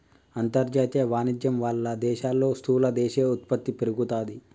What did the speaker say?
అంతర్జాతీయ వాణిజ్యం వాళ్ళ దేశాల్లో స్థూల దేశీయ ఉత్పత్తి పెరుగుతాది